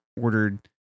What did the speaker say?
ordered